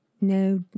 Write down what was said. no